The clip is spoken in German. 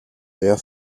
der